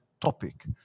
topic